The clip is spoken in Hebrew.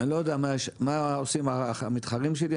אני לא יודע מה עושים המתחרים שלי,